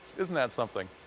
isn't that something?